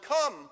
come